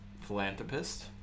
philanthropist